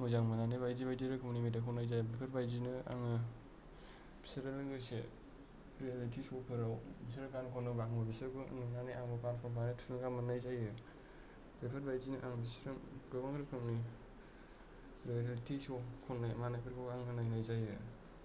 मोजां मोननानै बायदि बायदि रोखोमनि मेथाइ खननाय जायो बेफोरबायदिनो आङो बिसोरजों लोगोसे रियेलिटि श'फोराव बिसोर गान खनोब्ला आंबो बिसोरखौ नुनानै आं गान खननो थुलुंगा मोननाय जायो बेफोरबायदिनो आं बिसोरजों गोबां रोखोमै रियेलिटि श' खननाय मानायफोरखौ आङो नायनाय जायो